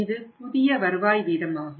இது புதிய வருவாய் வீதமாகும்